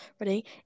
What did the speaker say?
Ready